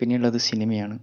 പിന്നെയുള്ളത് സിനിമയാണ്